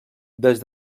des